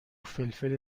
فلفل